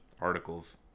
articles